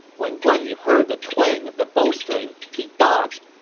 when guan yu heard the twang of the bowstring, he dodged,